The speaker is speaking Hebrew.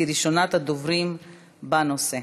ראשונת הדוברים בנושא.